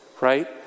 right